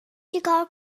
چیکار